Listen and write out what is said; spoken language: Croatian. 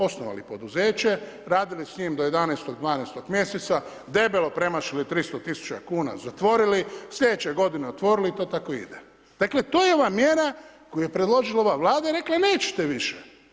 Osnovali poduzeće, radili s njim do 11., 12. mj., debelo premašili 300 000 kuna, zatvorili, slijedeće godine otvorili i to tako ide. dakle to je ova mjera koju je predložila ova Vlada i rekla nećete više.